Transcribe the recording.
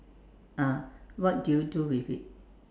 ah what do you do with it